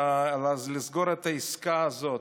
לסגור את העסקה הזאת,